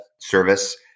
service